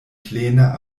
plena